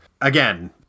Again